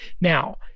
Now